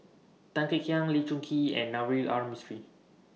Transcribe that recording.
Tan Kek Hiang Lee Choon Kee and Navroji R Mistri